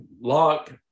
lock